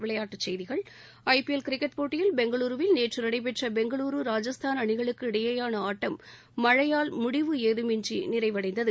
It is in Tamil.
விளையாட்டுச்செய்திகள் ஐபிஎல் கிரிக்கெட் போட்டியில் பெங்களூருவில் நேற்று நடைபெற்ற பெங்களூரு ராஜஸ்தான் அணிகளுக்கு இடையேயான ஆட்டம் மழையால் முடிவு ஏதம் இன்றி நிறைவடைந்தது